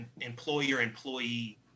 employer-employee